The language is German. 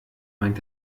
meint